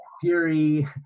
fury